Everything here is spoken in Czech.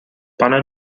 pane